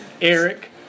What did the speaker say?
Eric